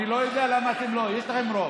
אני לא יודע למה אתם לא, יש לכם רוב.